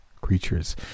Creatures